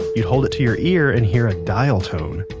you hold it to your ear and hear a dial tone.